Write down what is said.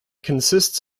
consists